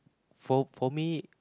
for for me